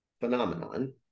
phenomenon